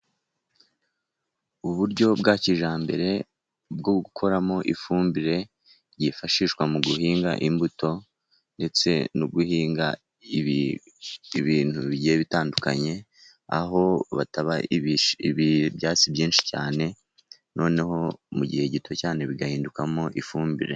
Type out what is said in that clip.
Uburyo bwa kijyambere bwo gukoramo ifumbire yifashishwa mu guhinga imbuto ndetse no guhinga ibintu bigiye bitandukanye, aho bataba ibyatsi byinshi cyane noneho mu gihe gito cyane bigahindukamo ifumbire.